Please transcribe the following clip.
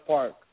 Park